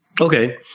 Okay